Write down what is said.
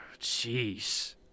Jeez